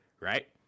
right